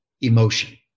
emotion